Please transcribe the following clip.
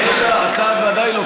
ומי לא הדליף.